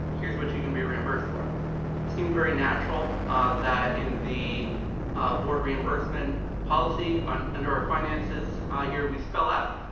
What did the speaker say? here's what you can be reimbursed for. it seemed very natural that in the board reimbursement policy, under our finances ah here, we spell out.